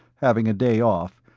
having a day off,